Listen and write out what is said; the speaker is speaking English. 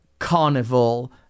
carnival